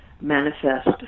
manifest